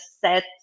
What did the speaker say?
set